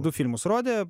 du filmus rodė